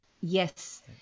yes